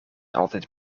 altijd